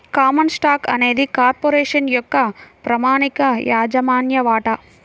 common stock అనేది corporation యొక్క ప్రామాణిక యాజమాన్య వాటా